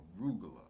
arugula